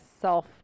self